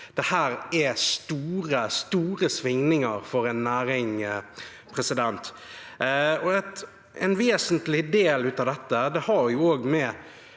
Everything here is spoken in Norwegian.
Dette er store svingninger for en næring. En vesentlig del av dette har